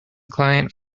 client